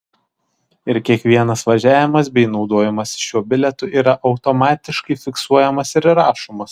ir kiekvienas važiavimas bei naudojimasis šiuo bilietu yra automatiškai fiksuojamas ir įrašomas